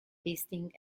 feasting